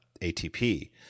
ATP